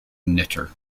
knitter